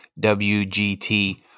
WGT